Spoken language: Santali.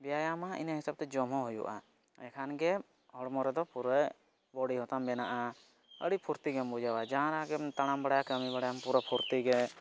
ᱵᱮᱭᱟᱢᱟ ᱤᱱᱟᱹ ᱦᱤᱥᱟᱹᱵᱽᱛᱮ ᱡᱚᱢᱦᱚᱸ ᱦᱩᱭᱩᱜᱼᱟ ᱮᱱᱮᱠᱷᱟᱱᱜᱮ ᱦᱚᱲᱢᱚ ᱨᱮᱫᱚ ᱯᱩᱨᱟᱹ ᱦᱚᱸᱛᱟᱢ ᱵᱮᱱᱟᱜᱼᱟ ᱟᱹᱰᱤ ᱯᱷᱩᱨᱛᱤ ᱜᱮᱢ ᱵᱩᱡᱷᱟᱹᱣᱟ ᱡᱟᱦᱟᱱᱟᱜ ᱜᱮᱢ ᱛᱟᱲᱟᱢ ᱵᱟᱲᱟᱭᱟ ᱠᱟᱹᱢᱤ ᱵᱟᱲᱟᱩᱭᱟᱢ ᱯᱩᱨᱟᱹ ᱯᱷᱩᱨᱛᱤᱜᱮ